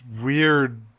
weird